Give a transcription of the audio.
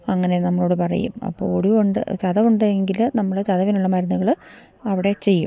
അങ്ങനെ നമ്മളോട് പറയും അപ്പോള് ഒടിവുണ്ട് ചതവുണ്ടെങ്കില് നമ്മള് ചതവിനുള്ള മരുന്നുകള് അവിടെ ചെയ്യും